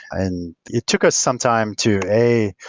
and it took us some time to, a,